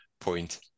point